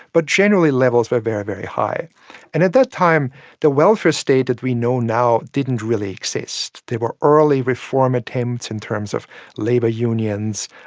but generally levels were but very, very high. and at that time the welfare state that we know now didn't really exist. there were early reform attempts in terms of labour unions,